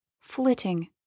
flitting